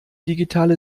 digitale